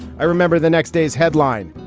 i remember the next day's headline,